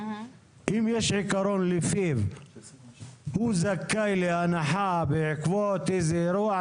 אם יש עיקרון לפיו הוא זכאי להנחה בעקבות איזשהו אירוע,